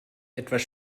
etwas